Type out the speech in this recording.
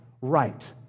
right